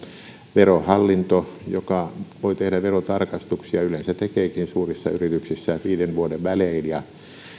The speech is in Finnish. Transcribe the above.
verohallinto joka voi tehdä verotarkastuksia ja yleensä tekeekin suurissa yrityksissä viiden vuoden välein ja